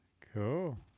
cool